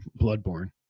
Bloodborne